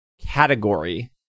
category